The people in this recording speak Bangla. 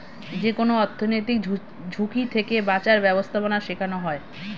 যেকোনো অর্থনৈতিক ঝুঁকি থেকে বাঁচার ব্যাবস্থাপনা শেখানো হয়